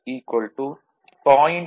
5 5